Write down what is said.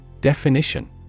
Definition